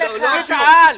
הוא שאל.